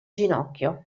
ginocchio